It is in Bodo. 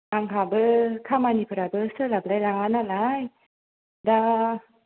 आंहाबो खामानिफोराबो सोलाबलाय लाङा नालाय दा